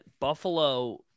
Buffalo